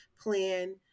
plan